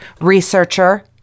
researcher